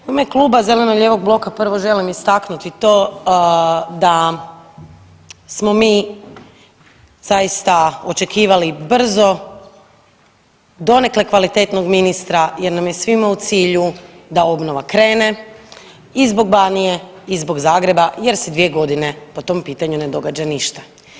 U ime Kluba zeleno-lijevog bloka prvo želim istaknuti to da smo mi zaista očekivali brzo donekle kvalitetnog ministra jer nam je svima u cilju da obnova krene i zbog Banije i zbog Zagreba jer se dvije godine po tom pitanju ne događa ništa.